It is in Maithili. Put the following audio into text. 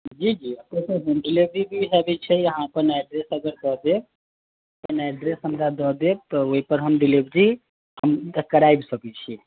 जी जी अपने के डिलेवरी के व्यवस्था छै अपन एड्रेस हमरा दऽ देब तऽ ओहि पर हम डिलेवरी हम कराय भी सकै छियै